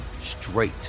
straight